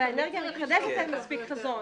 באנרגיה המתחדשת אין מספיק חזון.